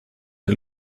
der